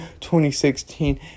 2016